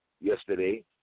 yesterday